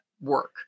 work